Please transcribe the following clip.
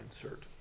insert